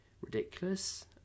ridiculous